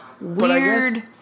weird